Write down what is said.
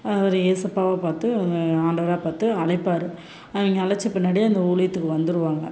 அவர் ஏசப்பாவாக பார்த்து ஆண்டவராக பார்த்து அழைப்பார் அவங்க அழைத்த பின்னாடி அந்த ஊழியத்துக்கு வந்திருவாங்க